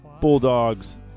bulldogs